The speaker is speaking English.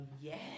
yes